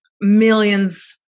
millions